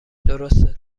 درسته